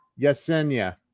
Yesenia